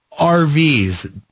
RVs